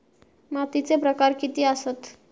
मातीचे प्रकार किती आसत?